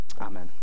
Amen